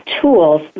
tools